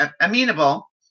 amenable